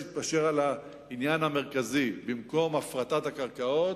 שיתפשר על העניין המרכזי: במקום הפרטת הקרקעות,